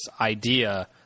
idea